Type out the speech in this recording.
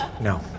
no